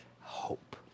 Hope